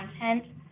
content